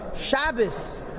Shabbos